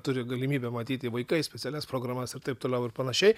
turi galimybę matyti vaikai specialias programas ir taip toliau ir panašiai